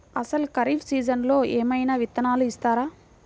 అసలు ఖరీఫ్ సీజన్లో ఏమయినా విత్తనాలు ఇస్తారా?